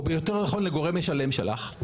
או יותר נכון לגורם משלם שלך,